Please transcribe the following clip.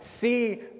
see